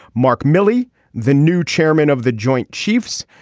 mark milley the new chairman of the joint chiefs.